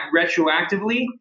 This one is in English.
retroactively